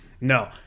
No